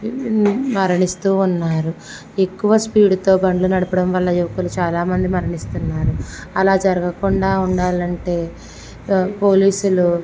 మరణిస్తున్నారు ఎక్కువ స్పీడ్తో బండులు నడపడం వల్ల యువకులు చాలామంది మరణిస్తున్నారు అలా జరగకుండా ఉండాలంటే పోలీసులు